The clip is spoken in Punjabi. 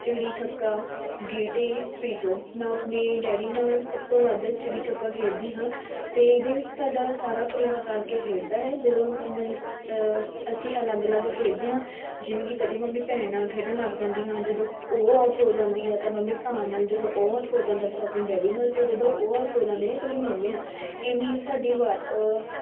ਚਿੜੀ ਛੱਕਾ ਗੀਟੇ ਪੀਚੋ ਮੈਂ ਆਪਣੇ ਡੈਡੀ ਨਾਲ ਸਭ ਤੋਂ ਵੱਧ ਚਿੜੀ ਛੱਕਾ ਖੇਡਦੀ ਹਾਂ ਅਤੇ ਇਹਦੇ ਵਿੱਚ ਸਾਡਾ ਸਾਰਾ ਪਰਿਵਾਰ ਰਲ ਕੇ ਖੇਡਦਾ ਹੈ ਜਦੋਂ ਮਲ ਅਸੀਂ ਅਲੱਗ ਅਲੱਗ ਖੇਡਦੇ ਹਾਂ ਜਿਵੇਂ ਕਿ ਕਦੇ ਮੈਂ ਆਪਣੀ ਭੈਣ ਨਾਲ ਖੇਡਣ ਲੱਗ ਜਾਂਦੀ ਹਾਂ ਜਦੋਂ ਉਹ ਆਊਟ ਹੋ ਜਾਂਦੀ ਆ ਤਾਂ ਮੈਂ ਆਪਣੇ ਭਰਾ ਨਾਲ ਜਦੋਂ ਉਹ ਆਊਟ ਹੋ ਜਾਂਦਾ ਤਾਂ ਮੈਂ ਆਪਣੇ ਡੈਡੀ ਨਾਲ ਅਤੇ ਜਦੋਂ ਉਹ ਆਊਟ ਹੋ ਜਾਂਦੇ ਨੇ ਤਾਂ ਮੈਂ ਆਪਣੀ ਮੰਮੀ ਨਾਲ ਇਵੇਂ ਇਹ ਸਾਡੀ ਵਾ